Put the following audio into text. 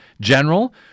general